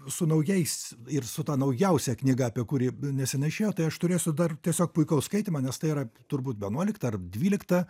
su naujais ir su ta naujausia knyga apie kurį nesenai išėjo tai aš turėsiu dar tiesiog puikaus skaitymo nes tai yra turbūt vienuolikta ar dvylikta